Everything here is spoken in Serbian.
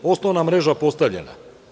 Osnovna mreža je postavljena.